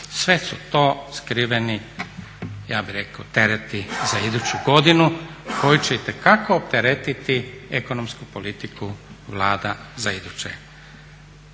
Sve su to skriveni ja bi rekao tereti za iduću godinu koji će itekako opteretiti ekonomsku politiku vlada za iduće